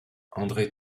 andré